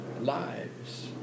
lives